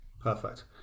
Perfect